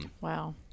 Wow